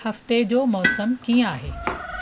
हफ़्ते जो मौसम कीअं आहे